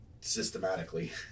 systematically